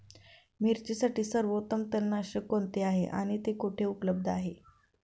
मिरचीसाठी सर्वोत्तम तणनाशक कोणते आहे आणि ते कुठे उपलब्ध आहे?